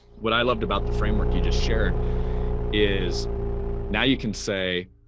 what i loved about the framework you just shared is now you can say.